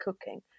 cooking